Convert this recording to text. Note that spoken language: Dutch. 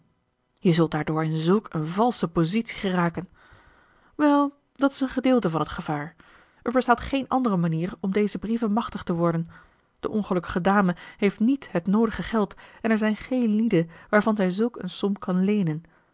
je zult daardoor in zulk een valsche positie geraken wel dat is een gedeelte van het gevaar er bestaat geen andere manier om deze brieven machtig te worden de ongelukkige dame heeft niet het noodige geld en er zijn geen lieden waarvan zij zulk een som kan leenen